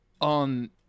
on